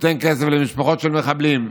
נותן כסף למשפחות של מחבלים,